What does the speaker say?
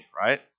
right